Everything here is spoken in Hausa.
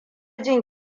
jin